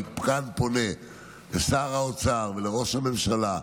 אני פונה כאן לשר האוצר ולראש הממשלה: